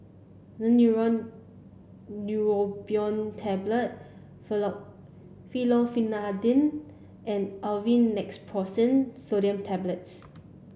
Daneuron Neurobion Tablet Fexofenadine and Aleve Naproxen Sodium Tablets